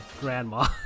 Grandma